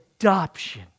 adoption